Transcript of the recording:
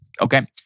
okay